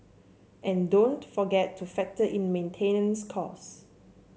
and don't forget to factor in maintenance costs